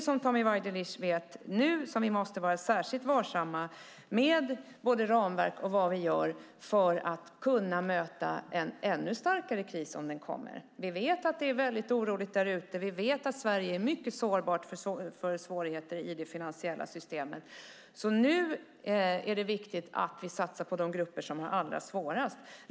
Som Tommy Waidelich vet måste vi nu vara särskilt varsamma med både ramverk och vad vi gör för att vi ska kunna möta en ännu starkare kris om den kommer. Vi vet att det är oroligt där ute. Vi vet att Sverige är mycket sårbart för svårigheter i det finansiella systemet. Nu är det viktigt att vi satsar på de grupper som har det allra svårast.